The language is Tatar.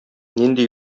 нинди